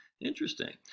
Interesting